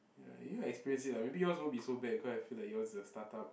ya you'll experience lah maybe yours won't be so bad cause I feel like yours is a startup